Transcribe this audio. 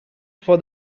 for